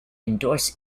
endorse